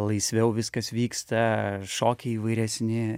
laisviau viskas vyksta šokiai įvairesni